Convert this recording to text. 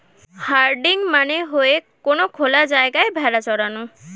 herding মানে হয়ে কোনো খোলা জায়গায় ভেড়া চরানো